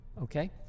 Okay